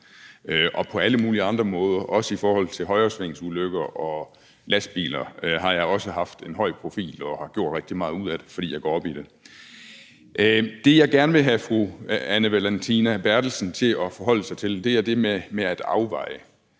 Og på alle mulige andre måder, også i forhold til højresvingsulykker og lastbiler, har jeg også haft en høj profil og har gjort rigtig meget ud af det, fordi jeg går op i det. Det, jeg gerne vil have fru Anne Valentina Berthelsen til at forholde sig til, er det med at afveje.